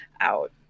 out